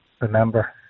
remember